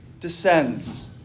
descends